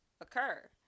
occur